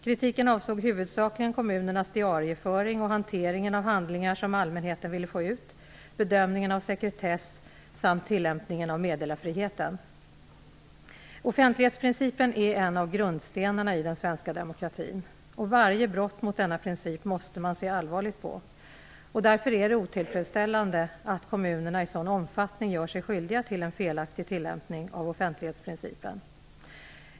Kritiken avsåg huvudsakligen kommunernas diarieföring och hanteringen av handlingar som allmänheten ville få ut, bedömningen av sekretess samt tillämpningen av meddelarfriheten. Offentlighetsprincipen är en av grundstenarna i den svenska demokratin. Varje brott mot denna princip måste man se allvarligt på. Därför är det otillfredsställande att kommunerna i en sådan omfattning gör sig skyldiga till en felaktig tillämpning av offentlighetsprincipen.